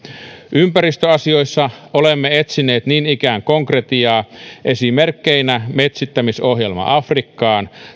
ympäristöasioissa olemme etsineet niin ikään konkretiaa esimerkkeinä metsittämisohjelma afrikkaan